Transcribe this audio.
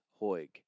Hoig